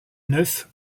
neuf